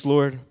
Lord